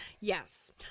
Yes